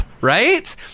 Right